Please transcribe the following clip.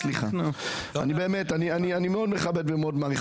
אני באמת מאוד מכבד ומאוד מעריך,